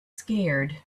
scared